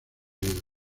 heridos